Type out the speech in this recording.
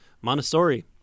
Montessori